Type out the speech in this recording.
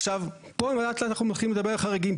עכשיו, פה לאט לאט אנחנו מתחילים לדבר על חריגים.